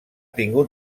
tingut